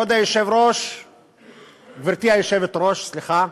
גברתי היושבת-ראש,